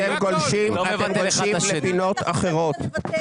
אתם גולשים לפינות אחרות.